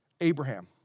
Abraham